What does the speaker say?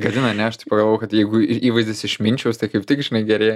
gadina ne pagalvojau kad jeigu į įvaizdis išminčiaus tai kaip tik žinai gerėja